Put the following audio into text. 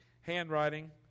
handwriting